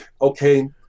okay